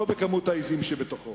לא בכמות העזים שבתוכו.